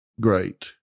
great